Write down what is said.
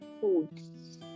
foods